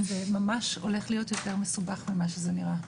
זה ממש הולך להיות הרבה יותר מסובך ממה שזה נראה.